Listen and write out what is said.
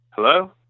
Hello